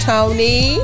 Tony